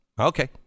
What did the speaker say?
Okay